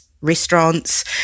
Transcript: Restaurants